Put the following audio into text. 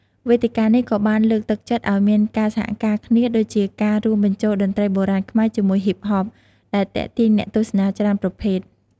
វេទិកានេះក៏បានលើកទឹកចិត្តឲ្យមានការសហការគ្នា ដូចជាការរួមបញ្ចូលតន្ត្រីបុរាណខ្មែរជាមួយហ៊ីបហប ដែលទាក់ទាញអ្នកទស្សនាច្រើនប្រភេទ។